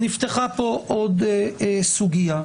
נפתחה פה עוד סוגיה.